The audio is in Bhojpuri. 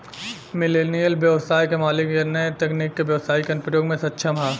मिलेनियल ब्यबसाय के मालिक न्या तकनीक के ब्यबसाई के अनुप्रयोग में सक्षम ह